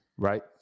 Right